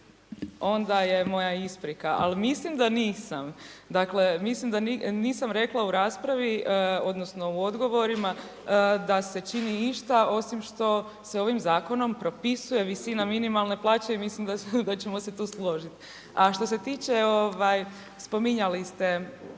onda je moja isprika, ali mislim da nisam, dakle, mislim da nisam rekla u raspravi odnosno u odgovorima da se čini išta osim što se ovim Zakonom propisuje visina minimalne plaće i mislim da ćemo se tu složiti, a što se tiče, spominjali ste